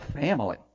family